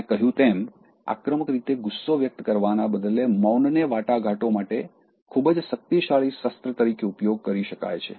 મેં કહ્યું તેમ આક્રમક રીતે ગુસ્સો વ્યક્ત કરવાના બદલે મૌનને વાટાઘાટો માટે ખૂબ જ શક્તિશાળી શસ્ત્ર તરીકે ઉપયોગ કરી શકાય છે